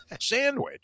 sandwich